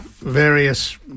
Various